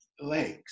legs